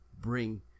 bring